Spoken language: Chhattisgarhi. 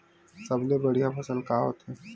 सबले बढ़िया फसल का होथे?